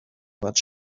anymore